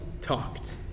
talked